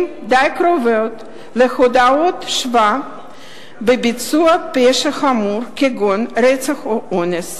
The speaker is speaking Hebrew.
די קרובות להודאות שווא בביצוע פשע חמור כגון רצח או אונס,